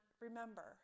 remember